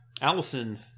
Allison